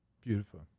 Beautiful